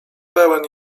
pełen